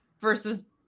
versus